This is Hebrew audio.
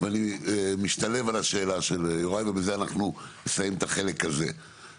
ואני משתלב על השאלה של יוראי ובזה אנחנו נסיים את החלק הזה,